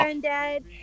Granddad